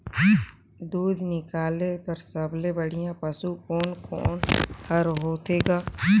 दूध निकाले बर सबले बढ़िया पशु कोन कोन हर होथे ग?